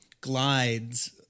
glides